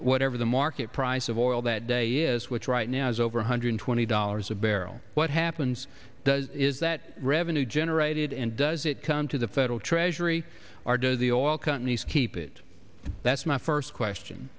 whatever the market price of oil that day is which right now is over one hundred twenty dollars a barrel what happens does is that revenue generated and does it come to the federal treasury or does the oil companies keep it that's my first question